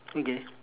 okay